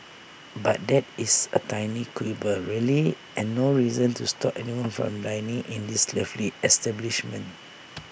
but that is A tiny quibble really and no reason to stop anyone from dining in this lovely establishment